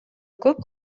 көп